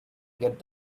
get